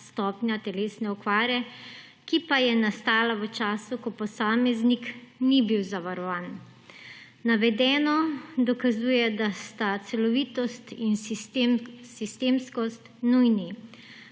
stopnja telesne okvare, ki pa je nastala v času, ko posameznik ni bil zavarovan. Navedeno dokazuje, da sta celovitost in sistemskost nujni.